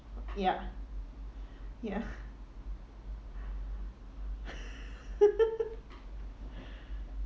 yup ya